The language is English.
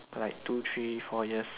by like two three four years